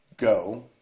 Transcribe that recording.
Go